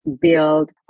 build